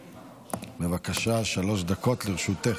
בבקשה, שלוש דקות לרשותך.